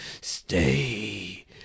stay